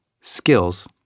skills